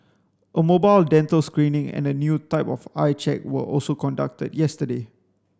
a mobile dental screening and a new type of eye check were also conducted yesterday